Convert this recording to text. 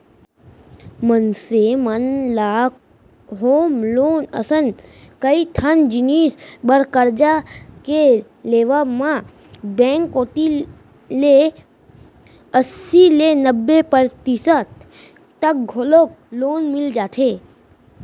मनसे मन ल होम लोन असन कइ ठन जिनिस बर करजा के लेवब म बेंक कोती ले अस्सी ले नब्बे परतिसत तक घलौ लोन मिल जाथे